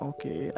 Okay